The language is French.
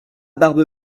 barbe